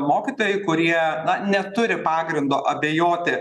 mokytojai kurie neturi pagrindo abejoti